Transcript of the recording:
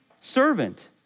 servant